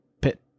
pit